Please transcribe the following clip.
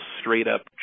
straight-up